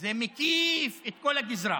זה מקיף את כל הגזרה,